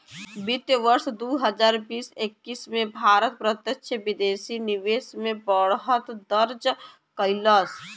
वित्त वर्ष दू हजार बीस एक्कीस में भारत प्रत्यक्ष विदेशी निवेश में बढ़त दर्ज कइलस